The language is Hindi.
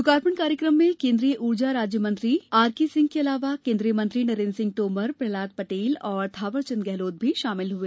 लोकार्पण कार्यक्रम में केन्द्रीय ऊर्जा मंत्री राज्य नवीन एवं नवकरणीय ऊर्जा आरके सिंह के अलावा केंद्रीय मंत्री नरेंद्र सिंह तोमर प्रहलाद पटेल और थावरचंद गेहलोत भी शामिल हुए